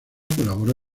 colaboró